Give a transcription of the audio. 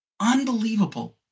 Unbelievable